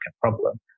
problem